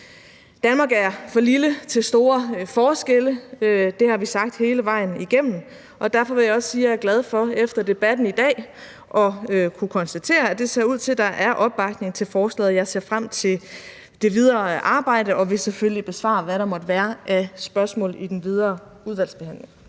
Danmark er for lille til store forskelle, det har vi sagt hele vejen igennem, og derfor vil jeg også sige, at jeg efter debatten i dag er glad for at kunne konstatere, at det ser ud til, at der er opbakning til forslaget. Jeg ser frem til det videre arbejde og vil selvfølgelig besvare, hvad der måtte være af spørgsmål i den videre udvalgsbehandling.